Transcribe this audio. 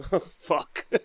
Fuck